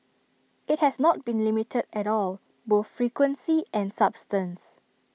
IT has not been limited at all both frequency and substance